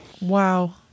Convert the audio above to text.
Wow